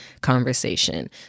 conversation